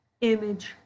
image